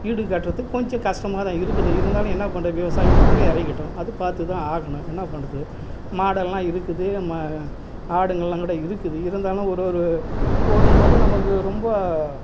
ஈடு கட்டுறத்துக்கு கொஞ்சம் கஷ்டமா தான் இருக்குது இருந்தாலும் என்ன பண்ணுற விவசாயங்ன்றதுல இறங்கிட்டோம் அது பார்த்து தான் ஆகணும் என்ன பண்ணுறது மாடெல்லாம் இருக்குது மா ஆடுங்களாம்கூட இருக்குது இருந்தாலும் ஒரு ஒரு போடும்போதும் நமக்கு ரொம்ப